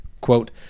Quote